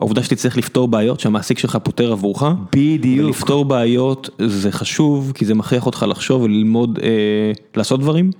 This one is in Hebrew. העובדה שתצטרך לפתור בעיות שהמעסיק שלך פותר עבורך, בדיוק, לפתור בעיות זה חשוב כי זה מכריח אותך לחשוב וללמוד לעשות דברים.